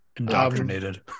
Indoctrinated